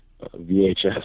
vhs